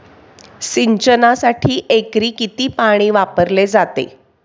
सिंचनासाठी एकरी किती पाणी वापरले जाते?